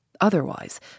Otherwise